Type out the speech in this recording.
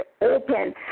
open